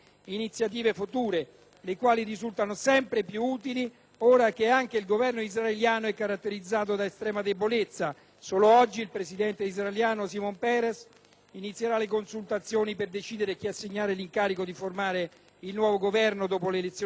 che risultano sempre più utili ora che anche il Governo israeliano si caratterizza per un'estrema debolezza. Solo oggi il presidente israeliano Shimon Peres inizierà le consultazioni per decidere a chi assegnare l'incarico di formare il nuovo Governo dopo le elezioni del 10 febbraio.